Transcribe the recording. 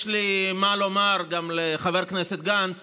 יש לי מה לומר גם לחבר הכנסת גנץ